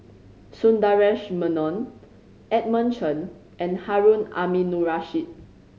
Sundaresh Menon Edmund Chen and Harun Aminurrashid